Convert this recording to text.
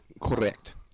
Correct